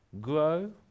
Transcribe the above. grow